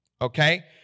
okay